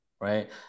right